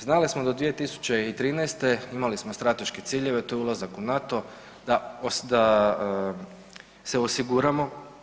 Znali smo do 2013., imali smo strateške ciljeve to je ulazak u NATO, da se osiguramo.